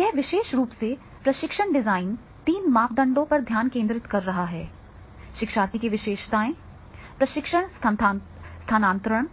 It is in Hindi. यह विशेष रूप से प्रशिक्षण डिजाइन तीन मापदंडों पर ध्यान केंद्रित कर रहा है शिक्षार्थी की विशेषताएं प्रशिक्षण स्थानांतरण